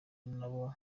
nabo